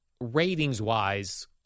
ratings-wise